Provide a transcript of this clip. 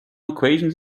equations